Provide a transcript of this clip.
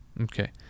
Okay